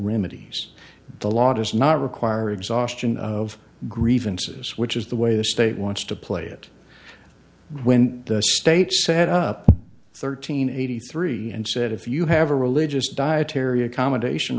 remedies the law does not require exhaustion of grievances which is the way the state wants to play it when the state set up thirteen eighty three and said if you have a religious dietary accommodation